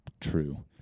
true